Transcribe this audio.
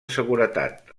seguretat